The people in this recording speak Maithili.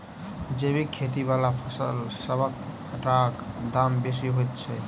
जैबिक खेती बला फसलसबक हाटक दाम बेसी होइत छी